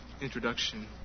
introduction